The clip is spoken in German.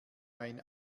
ein